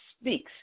speaks